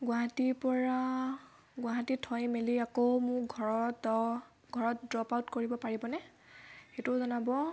গুৱাহাটীৰ পৰা গুৱাহাটীত থৈ মেলি আকৌ মোক ঘৰত দহ ঘৰত ড্ৰপ আউট কৰিব পাৰিব নে সেইটোও জনাব